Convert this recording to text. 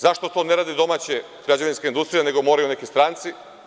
Zašto to ne radi domaća građevinska industrija, nego moraju neki stranci?